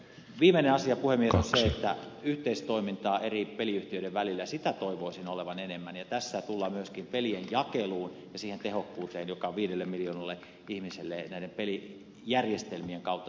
viimeinen asia puhemies on se että yhteistoimintaa eri peliyhtiöiden välillä toivoisin olevan enemmän ja tässä tullaan myöskin pelien jakeluun ja siihen tehokkuuteen joka viidelle miljoonalle ihmiselle näiden pelijärjestelmien kautta tulee